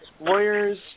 lawyers